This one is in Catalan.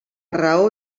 raó